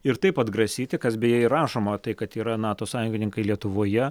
ir taip atgrasyti kas beje ir rašoma tai kad yra nato sąjungininkai lietuvoje